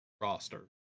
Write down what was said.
roster